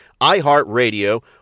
iHeartRadio